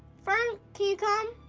fern, can you come?